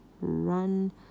run